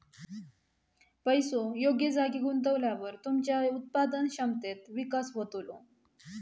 पैसो योग्य जागी गुंतवल्यावर तुमच्या उत्पादन क्षमतेत विकास होतलो